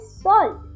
salt